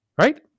Right